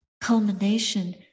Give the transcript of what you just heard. culmination